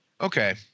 Okay